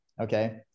okay